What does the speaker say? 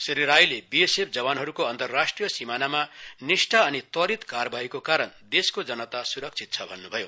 श्री राईले बीएसएफ जवानहरूको अन्तरराष्ट्रीय सिमानामा निष्ठा अनि त्वरीत कारवाहीका कारण देशको जनता स्रक्षित छ भन्न् भयो